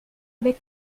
avec